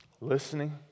listening